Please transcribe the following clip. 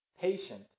patient